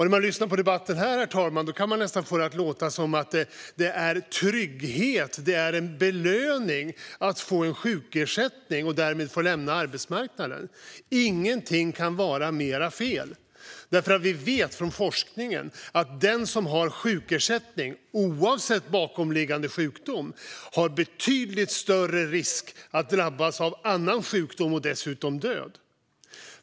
När man lyssnar på debatten här, herr talman, kan man nästan få intrycket att det är en trygghet och en belöning att få sjukersättning och därmed lämna arbetsmarknaden. Ingenting kunde vara mer fel. Vi vet nämligen från forskningen att den som har sjukersättning, oavsett bakomliggande sjukdom, har betydligt större risk att drabbas av annan sjukdom och dessutom död.